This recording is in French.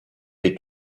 est